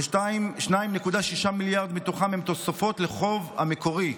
ו-2.6 מיליארד מתוכם הם תוספות לחוב המקורי,